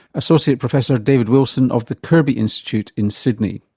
associate professor david wilson of the kirby institute in sydney.